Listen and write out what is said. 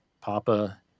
Papa